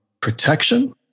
protection